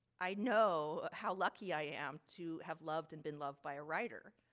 i know how lucky i am to have loved and been loved by a writer.